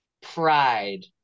pride